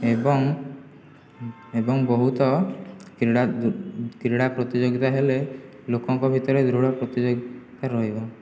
ଏବଂ ଏବଂ ବହୁତ କ୍ରୀଡ଼ା କ୍ରୀଡ଼ା ପ୍ରତିଯୋଗିତା ହେଲେ ଲୋକଙ୍କ ଭିତରେ ଦୃଢ଼ ପ୍ରତିଯୋଗିତା ରହିବ